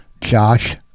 Josh